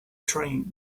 train